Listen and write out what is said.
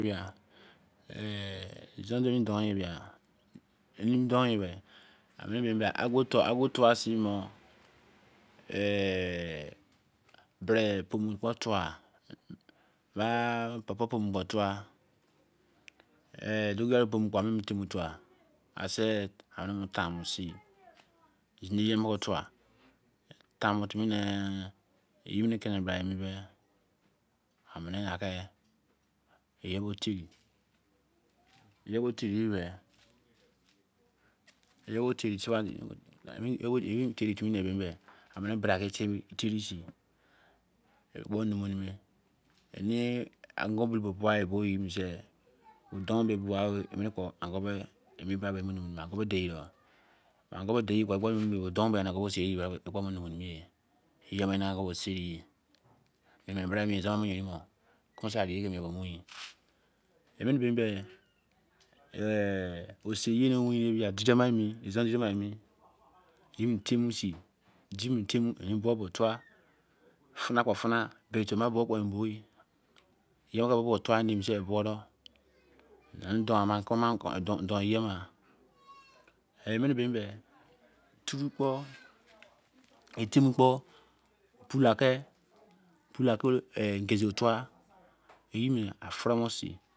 izontu dor. e mie ami doh ye be. ago, tua se mor pomn kpo tua, ba. pawpaw po mn kpo tua, eh, dogayaro pomu kpo tua tamo timine. yebo teri, yebo feride, e mene bra ru freisei ekpo numu weremi, eni agomo, ago emi bra kpo numune. ekpo munwareni ye. yebo enego deseri, mo bra, izon mo yerin mo. izon deri mi eni deri femi se. bud bo tua. funa. kpo cuma. bori temi gori, emane turu, pula tya gosun tua mie aforu se.